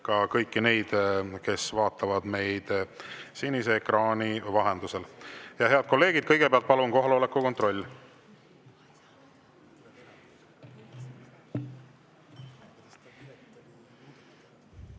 ka kõiki neid, kes vaatavad meid sinise ekraani vahendusel. Head kolleegid, kõigepealt palun kohaloleku kontroll!